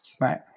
Right